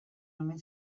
omen